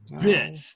bit